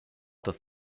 dass